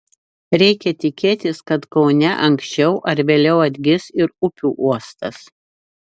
reikia tikėtis kad kaune anksčiau ar vėliau atgis ir upių uostas